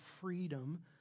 freedom